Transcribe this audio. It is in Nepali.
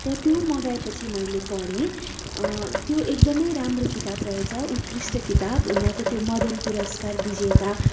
र त्यो मगाएपछि त्यो मैले पढेँ त्यो एकदमै राम्रो किताब रहेछ उत्कृष्ट किताब हुन त त्यो मदन पुरस्कार विजेता